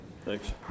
Thanks